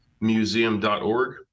museum.org